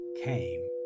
came